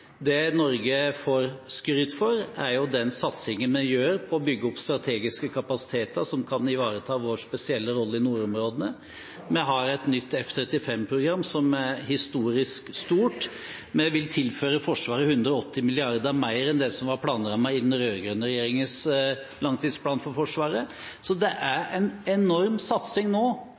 Det Norge får skryt for, er jo den satsingen vi har for å bygge opp strategiske kapasiteter som kan ivareta vår spesielle rolle i nordområdene. Vi har et nytt F-35-program som er historisk stort. Vi vil tilføre Forsvaret 180 mrd. kr mer enn det som var planrammen i den rød-grønne regjeringens langtidsplan for Forsvaret. Så det er en enorm satsing nå